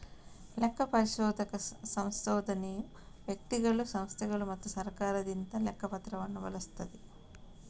ಲೆಕ್ಕ ಪರಿಶೋಧಕ ಸಂಶೋಧನೆಯು ವ್ಯಕ್ತಿಗಳು, ಸಂಸ್ಥೆಗಳು ಮತ್ತು ಸರ್ಕಾರದಿಂದ ಲೆಕ್ಕ ಪತ್ರವನ್ನು ಬಳಸುತ್ತದೆ